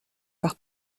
par